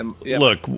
look